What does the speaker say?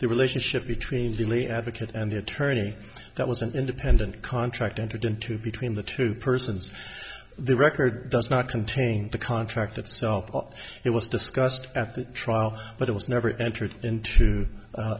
the relationship between really advocate and the attorney that was an independent contract entered into between the two persons the record does not contain the contract itself it was discussed at the trial but it was never entered into